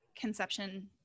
conception